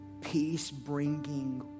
peace-bringing